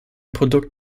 produkt